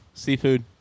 Seafood